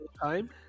time